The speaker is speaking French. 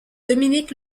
dominic